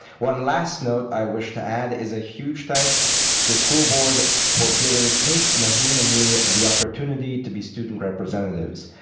last note i wish to add is a huge thanks to the school board for giving kate, majin, and me the opportunity to be student representatives.